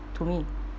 to me